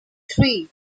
three